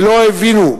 ולא הבינו,